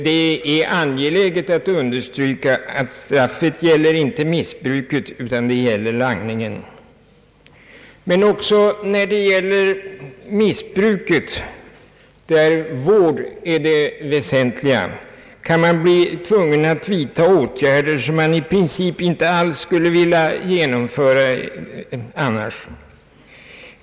Det är emellertid angeläget att understryka att straffet inte gäller missbruket utan langningen. Men också när det gäller missbruket, där vård är det väsentliga, kan man bli tvungen att vidta åtgärder som man i princip annars inte skulle vilja genomföra.